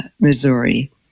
Missouri